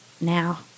now